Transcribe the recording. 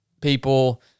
people